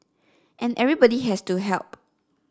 and everybody has to help